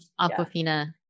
Aquafina